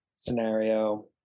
scenario